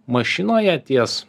mašinoje ties